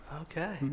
Okay